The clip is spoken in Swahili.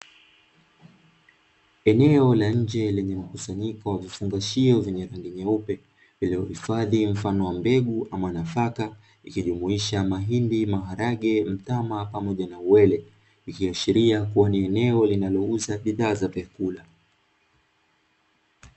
Eneo la nje lenye mkusanyiko wa vifungashio vyenye rangi nyeupe vilivyohifadhi mfano wa mbegu ama nafaka, ikijumuisha: mahindi, maharage, mtama pamoja na uwele, ikiashiria kuwa ni eneo linalouza bidhaa za vyakula.